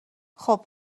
خوب